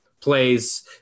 plays